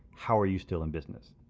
how are you still in business?